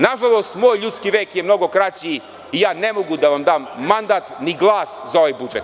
Nažalost, moj ljudski vek je mnogo kraći i ja ne mogu da vam dam mandat ni glas za ovaj budžet.